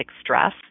stress